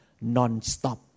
non-stop